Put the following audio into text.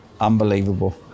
unbelievable